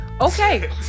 Okay